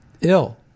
ill